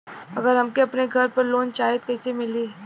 अगर हमके अपने घर पर लोंन चाहीत कईसे मिली?